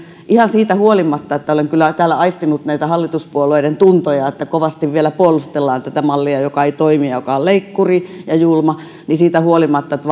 ihan siitä huolimatta että olen kyllä täällä aistinut näistä hallituspuolueiden tunnoista että kovasti vielä puolustellaan tätä mallia joka ei toimi ja joka on leikkuri ja julma että